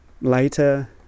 Later